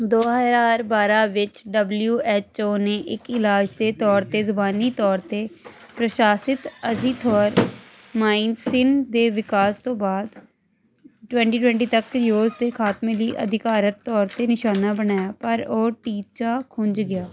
ਦੋ ਹਜ਼ਾਰ ਬਾਰ੍ਹਾਂ ਵਿੱਚ ਡਬਲਿਊ ਐੱਚ ਓ ਨੇ ਇੱਕ ਇਲਾਜ ਦੇ ਤੌਰ 'ਤੇ ਜ਼ੁਬਾਨੀ ਤੌਰ 'ਤੇ ਪ੍ਰਸ਼ਾਸਿਤ ਅਜ਼ੀਥੋਰਮਾਈਸਿਨ ਦੇ ਵਿਕਾਸ ਤੋਂ ਬਾਅਦ ਟਵੈਂਟੀ ਟਵੈਂਟੀ ਤੱਕ ਯੌਜ਼ ਦੇ ਖਾਤਮੇ ਲਈ ਅਧਿਕਾਰਤ ਤੌਰ 'ਤੇ ਨਿਸ਼ਾਨਾ ਬਣਾਇਆ ਪਰ ਉਹ ਟੀਚਾ ਖੁੰਝ ਗਿਆ